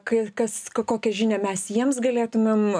kai kas kokią žinią mes jiems galėtumėm